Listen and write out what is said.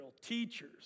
teachers